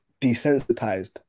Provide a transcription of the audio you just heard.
desensitized